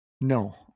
No